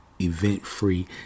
event-free